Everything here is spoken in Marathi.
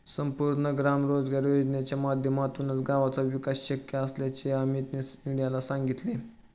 संपूर्ण ग्राम रोजगार योजनेच्या माध्यमातूनच गावाचा विकास शक्य असल्याचे अमीतने मीडियाला सांगितले